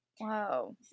Wow